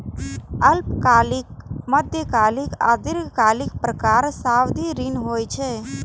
अल्पकालिक, मध्यकालिक आ दीर्घकालिक प्रकारक सावधि ऋण होइ छै